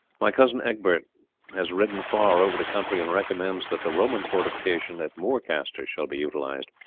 my cousin egbert has ridden far over the country, and recommends that the roman fortification at moorcaster shall be utilized.